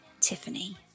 Tiffany